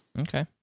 Okay